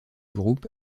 groupe